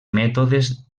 mètodes